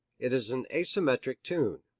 it is an asymmetric tune.